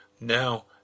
now